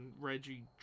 Reggie